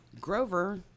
Grover